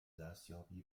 دستیابی